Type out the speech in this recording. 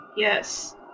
Yes